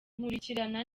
nkurikirana